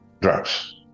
drugs